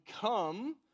come